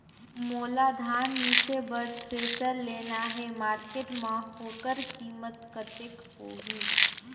मोला धान मिसे बर थ्रेसर लेना हे मार्केट मां होकर कीमत कतेक होही?